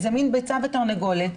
זה מן ביצה ותרנגולת,